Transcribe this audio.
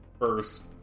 first